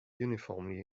uniformly